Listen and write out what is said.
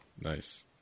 Nice